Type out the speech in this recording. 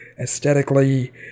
aesthetically